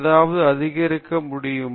நாம் ஏதாவது ஒன்றை மறுசீரமைக்க முடியுமா